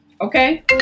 Okay